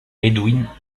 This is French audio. edwin